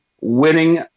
winning